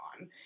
on